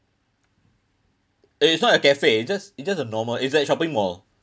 it's not a cafe it's just it's just a normal it's at shopping mall